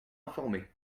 informées